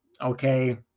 Okay